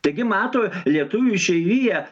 taigi mato lietuvių išeiviją